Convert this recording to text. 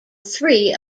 three